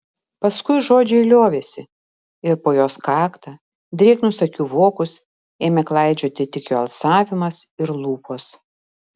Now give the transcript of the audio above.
paskui žodžiai liovėsi ir po jos kaktą drėgnus akių vokus ėmė klaidžioti tik jo alsavimas ir lūpos